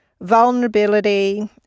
vulnerability